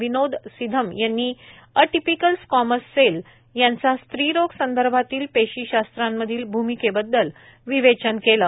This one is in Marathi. विनोद सिधम यांनी अटिपिकल स्कॉमस सेल यांचा स्त्रीरोग संदर्भातील पेशीशास्त्रांमधील भूमिकेबद्दल विवेचन केले